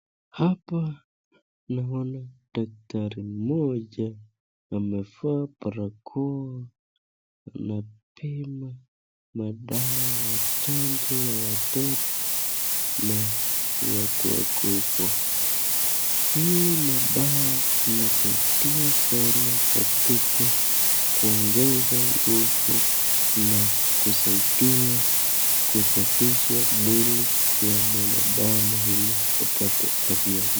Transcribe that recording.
Hapa naona dakatari mmoja amevaa barakoa anapima madawa ya chanjo ya watoto na watu wakubwa. Hii madawa inasaidia sana katika kuongeza nguvu na kusaidia kusafisha mwili ya mwanadamu ili apate afya njema.